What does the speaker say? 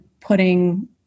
putting